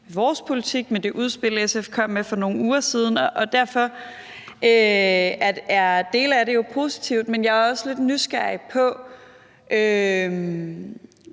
vores politik, med det udspil, som SF kom med for nogle uger siden, og derfor er dele af det jo positivt. Men jeg er også lidt nysgerrig på